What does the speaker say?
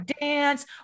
dance